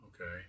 Okay